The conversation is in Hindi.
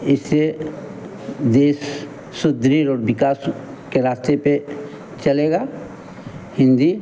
इससे देश सुदृढ़ और विकास के रास्ते पर चलेगा हिन्दी